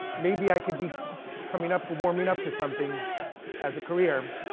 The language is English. maybe i could be coming up, but warming up to something as a career.